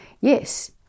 Yes